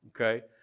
okay